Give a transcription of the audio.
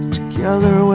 Together